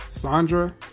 Sandra